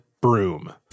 broom